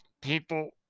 People